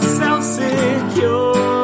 self-secure